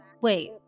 wait